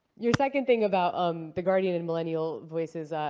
your second thing about um the guardian and millennial voices.